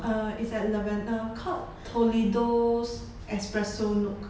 uh it's at lavender called tolido's espresso nook